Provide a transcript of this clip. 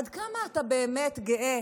עד כמה אתה באמת גאה